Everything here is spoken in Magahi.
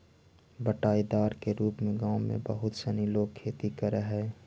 बँटाईदार के रूप में गाँव में बहुत सनी लोग खेती करऽ हइ